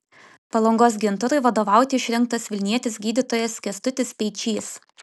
palangos gintarui vadovauti išrinktas vilnietis gydytojas kęstutis speičys